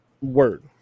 word